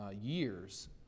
years